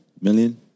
million